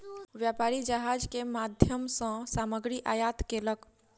व्यापारी जहाज के माध्यम सॅ सामग्री आयात केलक